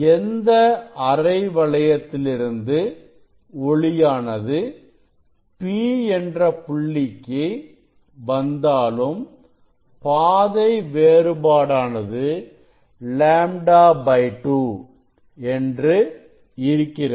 எந்த அரை வளையத்திலிருந்து ஒளியானது P என்ற புள்ளிக்கு வந்தாலும் பாதை வேறுபாடானது λ 2 என்று இருக்கிறது